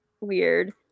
weird